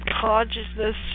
consciousness